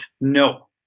no